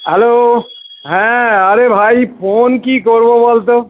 hello হ্যাঁ আরে ভাই ফোন কী করবো বলতো